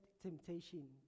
temptation